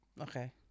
Okay